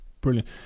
Brilliant